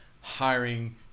hiring